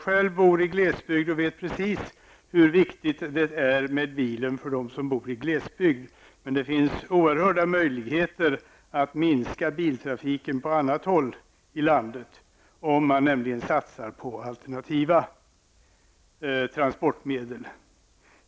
Själv bor jag i glesbygd och vet precis hur viktigt det är med bil för dem som bor i glesbygd, men det finns oerhört stora möjligheter att minska biltrafiken på många håll i landet, om man satsar på alternativa transportmedel.